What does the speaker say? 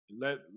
Let